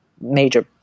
major